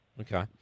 Okay